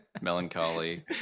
Melancholy